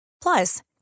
Plus